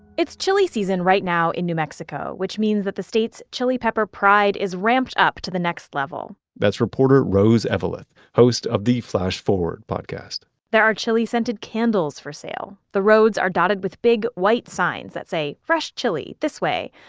it's chili season right now in new mexico, which means that the state's chili pepper pride is ramped up to the next level that's reporter rose eveleth, host of the flash forward podcast there are chili scented candles for sale. the roads are dotted with big white signs that say, fresh chili, this way'.